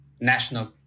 National